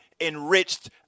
enriched